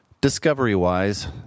discovery-wise